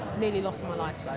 nearly lost my life